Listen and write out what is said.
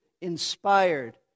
inspired